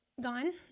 gone